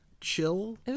chill